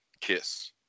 kiss